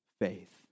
faith